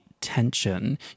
tension